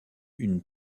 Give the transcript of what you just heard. une